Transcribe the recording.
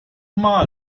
mal